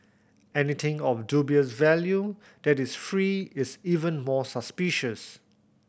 anything of dubious value that is free is even more suspicious